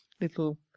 little